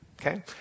Okay